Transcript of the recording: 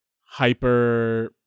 hyper